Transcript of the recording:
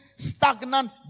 stagnant